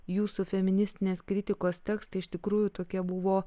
jūsų feministinės kritikos tekstai iš tikrųjų tokie buvo